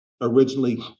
originally